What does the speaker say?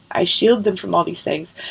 i shield them from all these things.